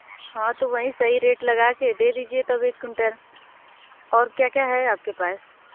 हाँ तो वही सही रेट लगा कर दे दीजिए तब एक कुंटल और क्या क्या है आपके पास